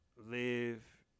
live